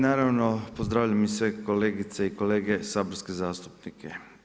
Naravno pozdravljam i sve kolegice i kolege saborske zastupnike.